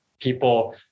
people